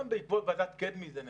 גם בעקבות ועדת קדמי זה נאמר.